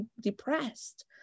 depressed